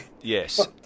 Yes